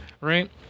right